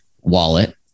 wallet